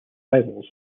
rivals